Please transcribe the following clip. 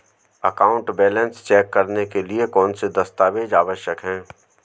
Account balance check करने के लिए कौनसे दस्तावेज़ आवश्यक हैं?